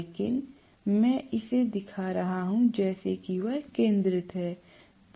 लेकिन मैं इसे दिखा रहा हूं जैसे कि यह केंद्रित है